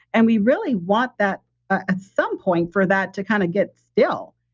and we really want that ah at some point for that to kind of get still.